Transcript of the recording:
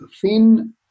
thin